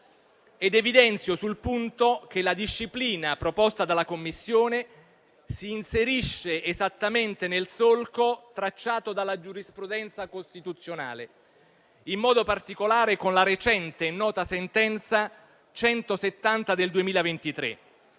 Evidenzio, sul punto, che la disciplina proposta dalla Commissione si inserisce esattamente nel solco tracciato dalla giurisprudenza costituzionale, in modo particolare, con la recente e nota sentenza n. 170 del 2023.